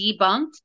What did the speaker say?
debunked